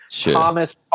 Thomas